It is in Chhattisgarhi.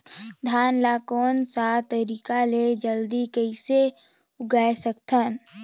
धान ला कोन सा तरीका ले जल्दी कइसे उगाय सकथन?